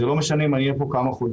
זה לא משנה אם אני אהיה פה כמה חודשים.